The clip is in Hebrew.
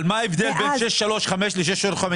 אבל מה הבדל בין 635 ל-6351?